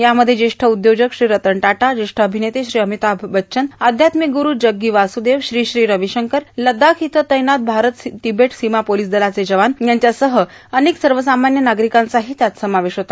यामध्ये ज्येष्ठ उद्योजक श्री रतन टाटा ज्येष्ठ अभिनेते श्री अमिताभ बच्चन आध्यात्मिक ग्रुरू जग्गी वासुदेव श्री श्री रविशंकर लडाख इथं तैनात भारत तिबेट सीमा पोलीस दलाचे जवान यांच्यासह अनेक सर्वसामान्य नागरिकांचा समावेश होता